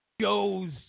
shows